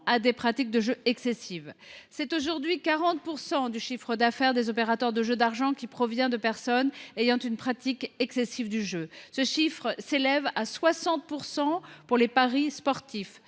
des pratiques de jeu excessives. Aujourd’hui, 40 % du chiffre d’affaires des opérateurs de jeux d’argent provient de personnes ayant une pratique excessive du jeu. Ce chiffre s’élève à 60 % pour les paris sportifs.